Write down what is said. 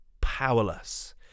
powerless